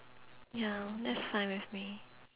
ya that's fine with me